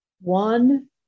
One